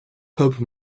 pope